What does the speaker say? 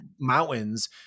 mountains